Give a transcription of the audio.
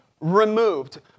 removed